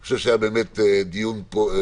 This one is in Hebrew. אני חושב שהיה פה דיון פורה